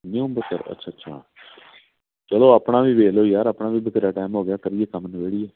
new Amritsar ਅੱਛਾ ਅੱਛਾ ਚਲੋ ਆਪਣਾ ਵੀ ਦੇਖ ਲਿਓ ਯਾਰ ਆਪਣਾ ਵੀ ਬਥੇਰਾ ਟਾਇਮ ਹੋ ਗਿਆ ਕਰੀਏ ਕੰਮ ਨਬੇੜੀਏ